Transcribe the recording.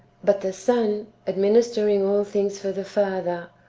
but the son, administering all thincrs for the father,